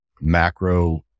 macro